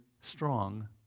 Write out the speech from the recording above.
strong